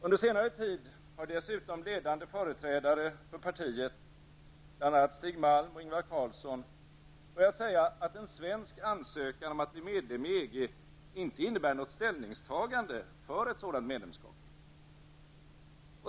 Under senare tid har dessutom ledande företrädare för partiet, bl.a. Stig Malm och Ingvar Carlsson, börjat säga att en svensk ansökan om att bli medlem i EG inte innebär något ställningstagande för ett sådant medlemskap.